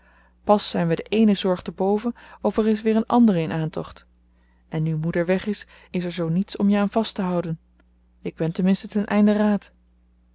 pas zijn we de eene zorg te boven of er is weer een andere in aantocht en nu moeder weg is is er zoo niets om je aan vast te houden ik ben ten minste ten einde raad